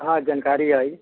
हँ जानकारी अछि